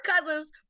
Cousins